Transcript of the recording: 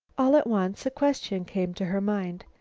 all at once a question came to her mind.